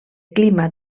clima